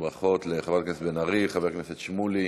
ברכות לחברת הכנסת בן ארי וחבר הכנסת שמולי.